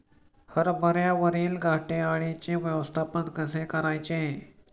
हरभऱ्यावरील घाटे अळीचे व्यवस्थापन कसे करायचे?